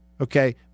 okay